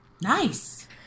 Nice